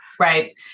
Right